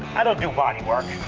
i don't do bodywork.